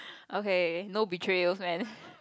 okay no betrayals man